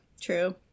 true